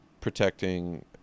Protecting